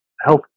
health